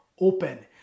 open